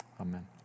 Amen